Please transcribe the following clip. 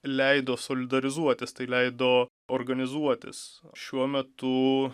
leido solidarizuotis tai leido organizuotis šiuo metu